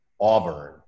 Auburn